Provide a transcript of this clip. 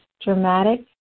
dramatic